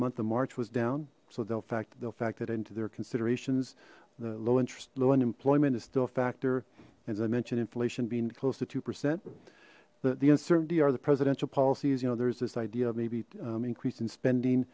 month of march was down so they'll fact they'll fact that into their considerations the low interest loan employment is still factored as i mentioned inflation being close to two percent the the uncertainty are the presidential policies you know there's this idea of maybe increas